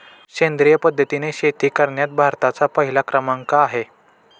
सेंद्रिय पद्धतीने शेती करण्यात भारताचा पहिला क्रमांक आहे